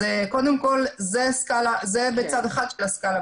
זה בצד אחד של הסקאלה.